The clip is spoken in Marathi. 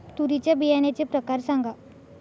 तूरीच्या बियाण्याचे प्रकार सांगा